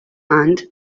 and